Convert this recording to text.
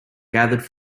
gathered